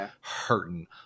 hurting